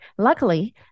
Luckily